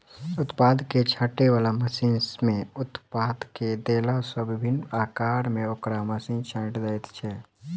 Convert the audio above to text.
उत्पाद के छाँटय बला मशीन मे उत्पाद के देला सॅ विभिन्न आकार मे ओकरा मशीन छाँटि दैत छै